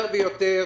יותר ויותר,